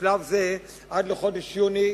בשלב זה, עד חודש יוני.